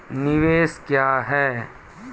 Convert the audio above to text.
निवेश क्या है?